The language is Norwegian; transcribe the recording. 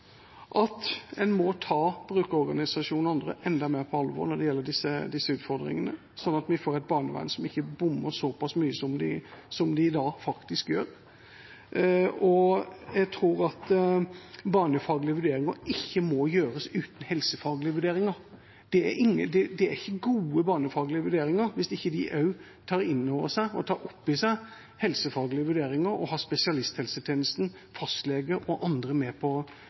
at en må ta brukerorganisasjonene og andre enda mer på alvor når det gjelder disse utfordringene, sånn at vi får et barnevern som ikke bommer såpass mye som de i dag faktisk gjør. Jeg tror at barnefaglige vurderinger ikke må gjøres uten helsefaglige vurderinger. Det er ikke gode barnefaglige vurderinger hvis de ikke også tar inn over seg og opp i seg helsefaglige vurderinger og har spesialisthelsetjenesten, fastlege og andre med på